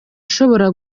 ashobora